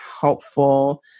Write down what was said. helpful